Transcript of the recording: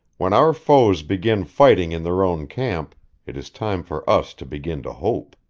when our foes begin fighting in their own camp it is time for us to begin to hope.